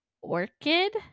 Orchid